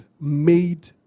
made